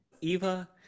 eva